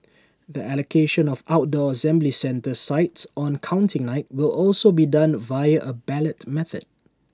the allocation of outdoor assembly centre sites on counting night will also be done via A ballot method